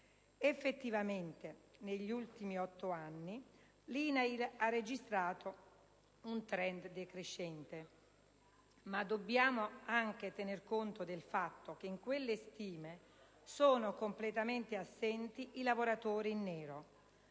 Effettivamente, negli ultimi otto anni l'INAIL ha registrato un *trend* decrescente, ma dobbiamo anche tener conto del fatto che in quelle stime sono completamente assenti i lavoratori in nero,